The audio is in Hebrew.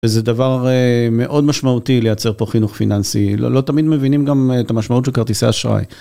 וזה דבר מאוד משמעותי לייצר פה חינוך פיננסי, לא תמיד מבינים גם את המשמעות של כרטיסי אשראי.